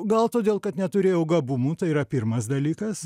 gal todėl kad neturėjau gabumų tai yra pirmas dalykas